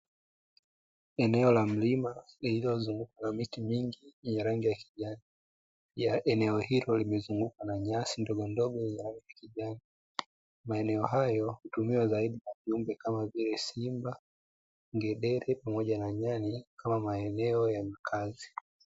Eneo la mlima lililozungukwa na miti mingi yenye rangi ya kijani, ya eneo hilo limezungukwa na nyasi ndogondogo za kijani. Maeneno hayo hutumiwa zaidi na viumbe kama: simba, ngedere pamoja na nyani kama maeneo ya makazi.